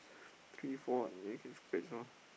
three four and lor